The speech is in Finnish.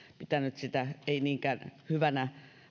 pitänyt sitä ei niinkään hyvänä